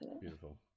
beautiful